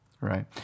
Right